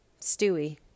Stewie